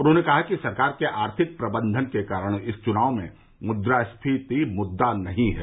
उन्होंने कहा कि सरकार के आर्थिक प्रबंधन के कारण इस चुनाव में मुद्रास्फीति मुद्दा नहीं है